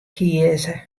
kieze